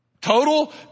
total